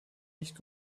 nicht